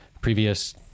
previous